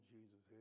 Jesus